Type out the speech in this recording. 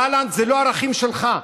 גלנט, אלה לא ערכים שלך.